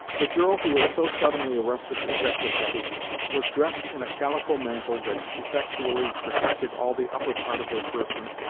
the girl who had so suddenly arrested the steps of hetty was dressed in a calico mantle that effectually protected all the upper part of her person,